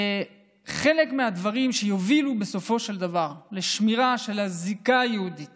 אחד הדברים שיובילו בסופו של דבר לשמירה של הזיקה היהודית